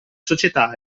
società